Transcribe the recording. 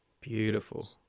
Beautiful